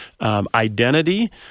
identity—